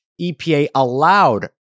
EPA-allowed